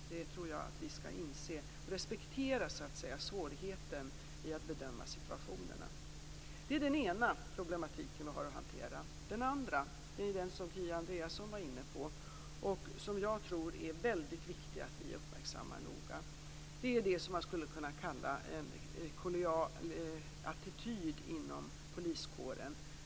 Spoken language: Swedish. Det tror jag att vi skall inse. Vi skall respektera svårigheten i att bedöma situationerna. Det är den ena problematiken vi har att hantera. Den andra är den som Kia Andreasson var inne på. Jag tror att det är väldigt viktig att vi uppmärksammar den noga. Det är det som vi skulle kunna kalla en kollegial attityd inom poliskåren.